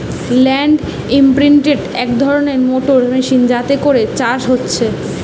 land ইমপ্রিন্টের এক ধরণের মোটর মেশিন যাতে করে চাষ হচ্ছে